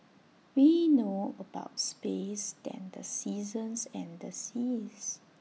we know about space than the seasons and the seas